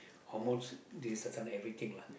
almost this uh this certain everything lah